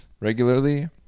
regularly